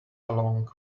along